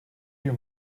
you